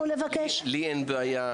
לי אין בעיה.